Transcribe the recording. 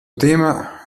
tema